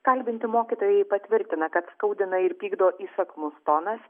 kalbinti mokytojai patvirtina kad skaudina ir pykdo įsakmus tonas